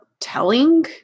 telling